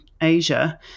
Asia